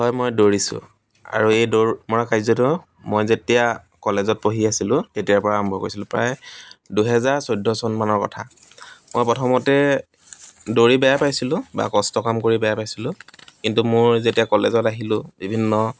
হয় মই দৌৰিছোঁ আৰু এই দৌৰ মই কাৰ্যত মই যেতিয়া কলেজত পঢ়ি আছিলোঁ তেতিয়াৰ পৰা আৰম্ভ কৰিছিলোঁ প্ৰায় দুহেজাৰ চৈধ্য চনমানৰ কথা মই প্ৰথমতে দৌৰি বেয়া পাইছিলোঁ বা কষ্ট কাম কৰি বেয়া পাইছিলোঁ কিন্তু মোৰ যেতিয়া কলেজত আহিলোঁ বিভিন্ন